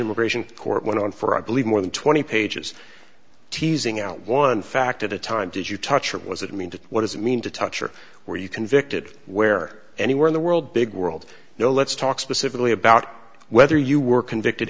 immigration court went on for i believe more than twenty pages teasing out one fact at a time did you touch it was it mean to what does it mean to touch or where you convicted where anywhere in the world big world no let's talk specifically about whether you were convicted